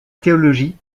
théologie